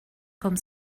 comme